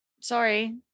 Sorry